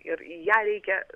ir į ją reikia